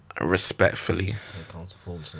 Respectfully